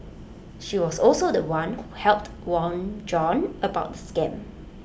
she was also The One who helped warn John about the scam